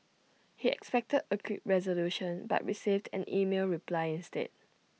he expected A quick resolution but received an email reply instead